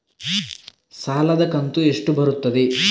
ಸಾಲದ ಕಂತು ಎಷ್ಟು ಬರುತ್ತದೆ?